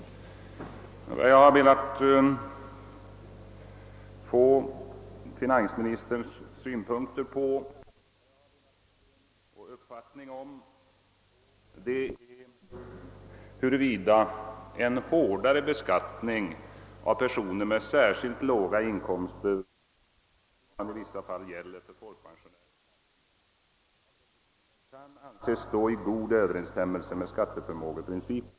Vad jag har velat få finansministerns synpunkter på och uppfattning om är huruvida en hårdare beskattning av personer med särskilt låga inkomster än vad som för närvarande gäller för folkpensionärer med s.k sidoinkomster kan anses stå i god överensstämmelse med skatteförmågeprincipen.